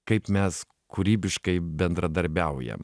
kaip mes kūrybiškai bendradarbiaujam